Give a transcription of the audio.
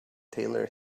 tailor